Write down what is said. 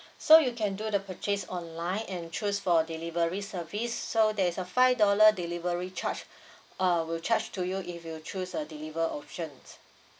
so you can do the purchase online and choose for delivery service so there's a five dollar delivery charge uh will charge to you if you choose the deliver option